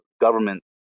government